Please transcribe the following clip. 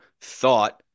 thought